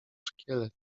szkielet